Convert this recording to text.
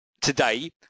today